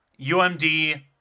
UMD